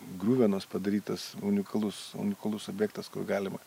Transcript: griuvenos padarytas unikalus unikalus objektas kur galima